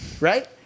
right